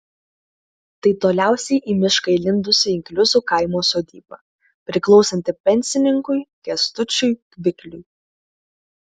tai toliausiai į mišką įlindusi inkliuzų kaimo sodyba priklausanti pensininkui kęstučiui kvikliui